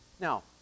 Now